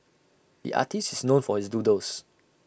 the artist is known for his doodles